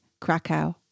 Krakow